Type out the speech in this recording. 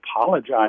apologize